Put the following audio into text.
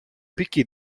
picchi